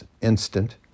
instant